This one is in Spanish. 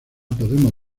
podemos